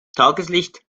tageslicht